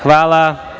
Hvala.